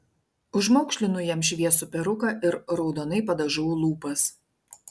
užmaukšlinu jam šviesų peruką ir raudonai padažau lūpas